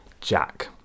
Jack